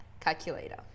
calculator